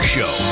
Show